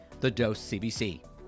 TheDoseCBC